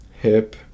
Hip